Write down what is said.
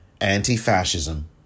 anti-fascism